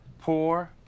Poor